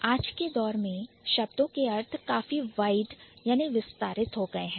आज के दौर में शब्दों के अर्थ काफी wide वाइड विस्तारित हो गए हैं